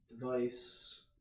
device